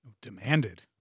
Demanded